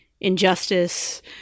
injustice